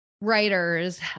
writers